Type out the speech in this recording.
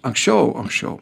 anksčiau anksčiau